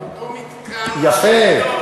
זה אותו מתקן, יפה.